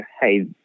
hey